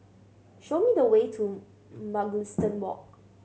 show me the way to Mugliston Walk